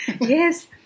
Yes